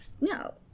No